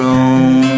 own